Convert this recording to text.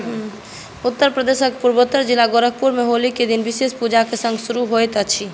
उत्तर प्रदेशक पूर्वोत्तर जिला गोरखपुर में होली के दिन विशेष पूजा के सङ्ग शुरू होइत अछि